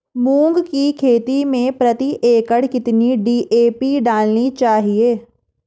मूंग की खेती में प्रति एकड़ कितनी डी.ए.पी डालनी चाहिए?